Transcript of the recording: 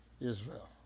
Israel